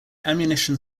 ammunition